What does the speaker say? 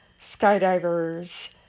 skydivers